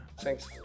Thanks